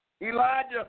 Elijah